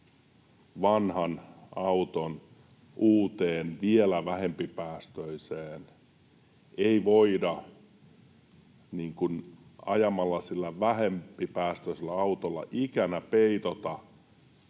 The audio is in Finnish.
vanhan auton uuteen vielä vähempipäästöiseen ei sillä vähempipäästöisellä autolla ajamalla